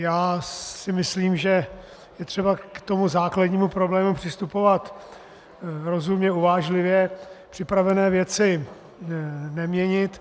Já si myslím, že je třeba k základnímu problému přistupovat rozumně, uvážlivě, připravené věci neměnit.